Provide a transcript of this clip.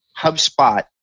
HubSpot